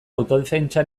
autodefentsa